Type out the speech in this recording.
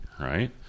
right